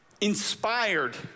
inspired